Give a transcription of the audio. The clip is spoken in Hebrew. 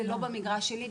זה לא במגרש שלי,